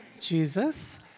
Jesus